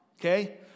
Okay